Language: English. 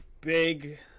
big